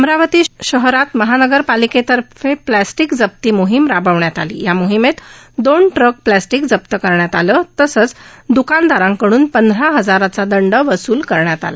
अमरावती शहरात महानगरपालिकेतर्फे प्लास्टिक जप्ती मोहीम राबविण्यात आली या मोहिमेत दोन ट्रक प्लास्टिक जप्त करण्यात आले तसंच दकानदाराकडून पंधरा हजाराचा दंड वसूल करण्यात आला